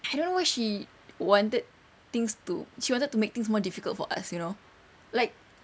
I don't know why she wanted things to she wanted to make things more difficult for us you know like